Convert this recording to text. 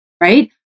right